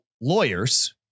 lawyers